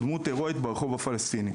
דמות הרואית ברחוב הפלסטיני,